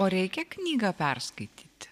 o reikia knygą perskaityti